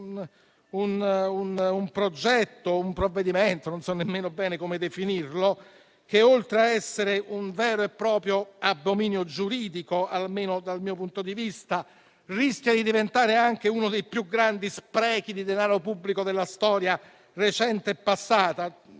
un progetto o un provvedimento - non so nemmeno bene come definirlo - che, oltre a essere un vero e proprio abominio giuridico, almeno dal mio punto di vista, rischia di diventare anche uno dei più grandi sprechi di denaro pubblico della storia recente e passata.